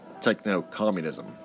techno-communism